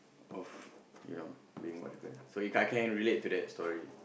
of you know being whatever so If I can relate to that story